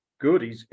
good